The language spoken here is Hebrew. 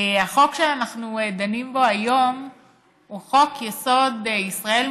החוק שאנחנו דנים בו היום הוא חוק-יסוד: ישראל,